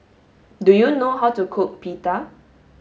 do you know how to cook pita